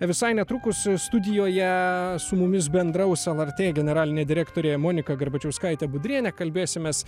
visai netrukus studijoje su mumis bendraus lrt generalinė direktorė monika garbačiauskaitė budrienė kalbėsimės